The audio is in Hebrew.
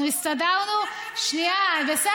אנחנו הסתדרנו, שנייה, בסדר.